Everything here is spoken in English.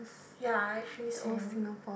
ya actually same